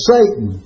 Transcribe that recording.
Satan